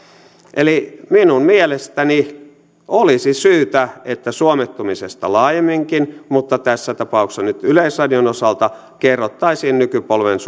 eli minun mielestäni olisi syytä että suomettumisesta laajemminkin mutta tässä tapauksessa nyt yleisradion osalta kerrottaisiin nykypolven